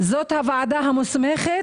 זאת הוועדה המוסמכת,